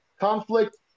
conflict